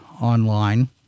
online